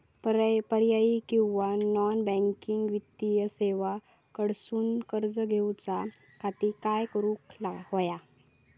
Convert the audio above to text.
पर्यायी किंवा non banking वित्तीय सेवा कडसून कर्ज घेऊच्या खाती काय करुक होया?